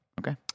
Okay